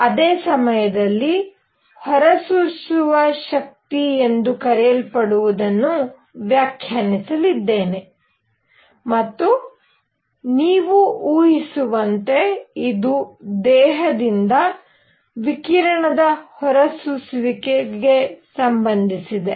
ಅದೇ ಸಮಯದಲ್ಲಿ ಹೊರಸೂಸುವ ಶಕ್ತಿ ಎಂದು ಕರೆಯಲ್ಪಡುವದನ್ನು ವ್ಯಾಖ್ಯಾನಿಸಲಿದ್ದೇನೆ ಮತ್ತು ನೀವು ಊಹಿಸುವಂತೆ ಇದು ದೇಹದಿಂದ ವಿಕಿರಣದ ಹೊರಸೂಸುವಿಕೆಗೆ ಸಂಬಂಧಿಸಿದೆ